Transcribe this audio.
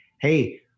hey